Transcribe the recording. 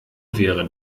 wäre